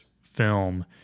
film